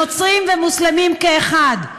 נוצרים ומוסלמים כאחד.